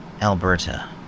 Alberta